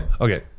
Okay